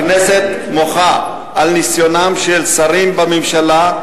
הכנסת מוחה על ניסיונם של שרים בממשלה,